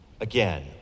again